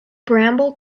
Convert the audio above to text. bramble